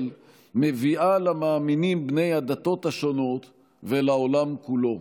מביאה למאמינים בני הדתות השונות ולעולם כולו.